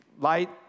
light